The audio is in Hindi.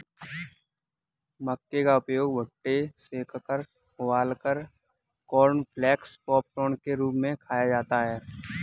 मक्का का उपयोग भुट्टे सेंककर उबालकर कॉर्नफलेक्स पॉपकार्न के रूप में खाया जाता है